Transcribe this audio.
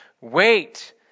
Wait